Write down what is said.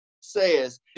says